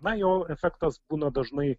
na jo efektas būna dažnai